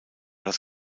das